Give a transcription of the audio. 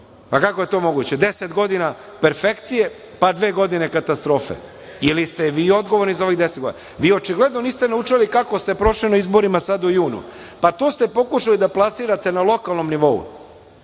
Pa, kako je to moguće, deset godina perfekcije, pa dve godine katastrofe ili ste vi odgovorni za ovih deset godina. Vi očigledno niste naučili kako ste prošli na izborima sad u junu, pa to ste pokušali da plasirate na lokalnom nivou,